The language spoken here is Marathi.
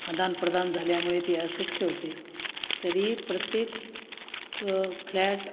आदानप्रदान झाल्यामुळे ते अस्वच्छ होते तरी प्रत्येक फ्लॅट